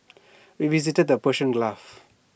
we visited the Persian